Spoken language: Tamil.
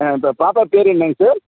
இப்போ பாப்பா பேர் என்னங்க சார்